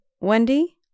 Wendy